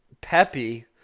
Peppy